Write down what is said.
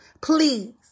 Please